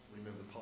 remember